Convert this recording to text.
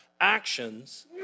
actions